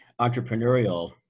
entrepreneurial